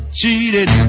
cheated